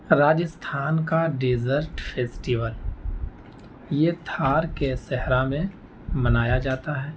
راجستھان کا desert festival یہ تھار کے صحرا میں منایا جاتا ہے